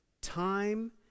Time